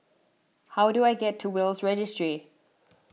how do I get to Will's Registry